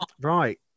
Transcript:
right